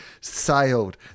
sailed